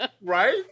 Right